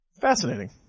Fascinating